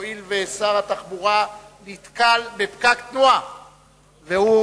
הואיל ושר התחבורה נתקע בפקק תנועה והוא